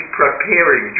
preparing